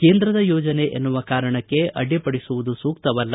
ಕೇಂದ್ರದ ಯೋಜನೆ ಎನ್ನುವ ಕಾರಣಕ್ಕೆ ಅಡ್ಡಿಪಡಿಸುವುದು ಸೂಕ್ತವಲ್ಲ